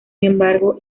embargo